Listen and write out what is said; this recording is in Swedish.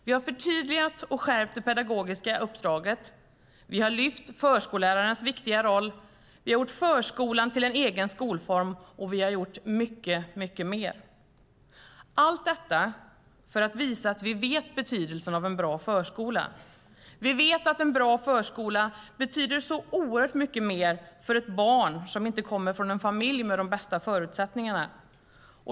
Vi har förtydligat och skärpt det pedagogiska uppdraget, vi har lyft fram förskollärarens viktiga roll, vi har gjort förskolan till en egen skolform och vi har gjort mycket mer. Allt detta har vi gjort för att visa att vi vet betydelsen av en bra förskola. Vi vet att en bra förskola betyder så oerhört mycket mer för ett barn som inte kommer från en familj med de bästa förutsättningarna.